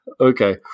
Okay